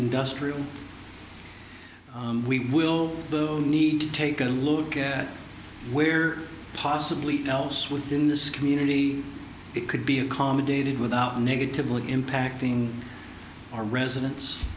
industrial we will need to take a look at where possibly else within this community it could be accommodated without negatively impacting our residents